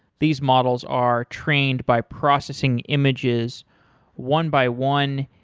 these models are trained by processing images one by one.